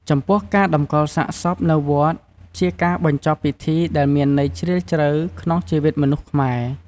ចំពោះការតម្កលសាកសពនៅវត្តជាការបញ្ចប់ពិធីដែលមានន័យជ្រាលជ្រៅក្នុងជីវិតមនុស្សខ្មែរ។